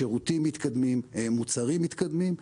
שירותים מתקדמים, מוצרים מתקדמים.